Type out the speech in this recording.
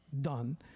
done